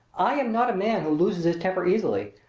i am not a man who loses his temper easily,